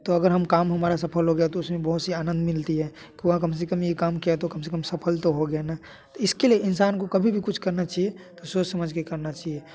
तो अगर हम काम हमारा सफल हो गया तो उसमें बहुत सी आनंद मिलती है वह कम से कम यह काम किया तो कम से कम सफल तो हो गया ना इसके लिए इंसान को कभी भी कुछ करना चाहिए तो सोच समझ के करना चाहिए